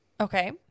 Okay